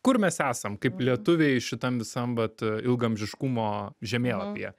kur mes esam kaip lietuviai šitam visam vat ilgaamžiškumo žemėlapyje